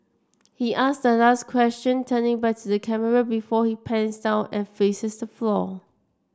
he ask the last question turning back to the camera before it pans down and faces the floor